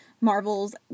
Marvel's